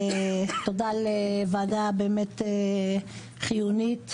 תודה לוועדה באמת חיונית,